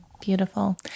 Beautiful